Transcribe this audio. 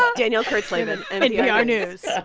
danielle kurtzleben. npr news